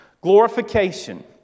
Glorification